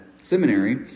seminary